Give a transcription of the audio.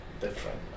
different